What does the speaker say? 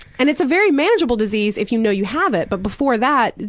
and it's a very manageable disease if you know you have it. but before that,